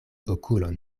okulon